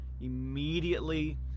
Immediately